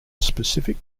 specific